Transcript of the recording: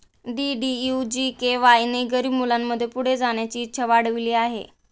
DDU GKY ने गरीब मुलांमध्ये पुढे जाण्याची इच्छा वाढविली आहे